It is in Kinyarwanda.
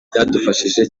byadufashije